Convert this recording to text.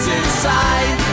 inside